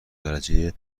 درجه